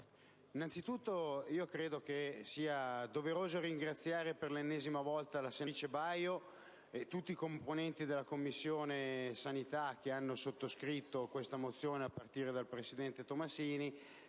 innanzitutto credo sia doveroso ringraziare ancora una volta la senatrice Baio e tutti i componenti della Commissione sanità che hanno sottoscritto questa mozione, a partire dal presidente Tomassini,